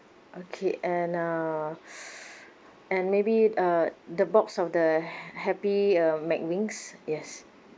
okay and uh and maybe uh the box of the ha~ happy uh mcwings yes